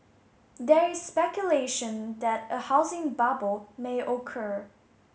there is speculation that a housing bubble may occur